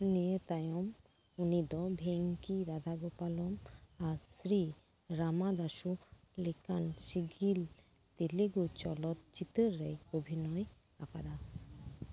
ᱱᱤᱭᱟᱹ ᱛᱟᱭᱚᱢ ᱩᱱᱤ ᱫᱚ ᱵᱷᱮᱝᱠᱤ ᱨᱟᱫᱷᱟᱜᱳᱯᱟᱞᱚᱢ ᱟᱨ ᱥᱨᱤ ᱨᱟᱢᱟᱫᱟᱥᱩ ᱞᱮᱠᱟᱱ ᱥᱤᱜᱤᱞ ᱛᱮᱞᱮᱜᱩ ᱪᱚᱞᱚᱛᱪᱤᱛᱟᱹᱨ ᱨᱮᱭ ᱚᱵᱷᱤᱱᱚᱭ ᱟᱠᱟᱫᱟ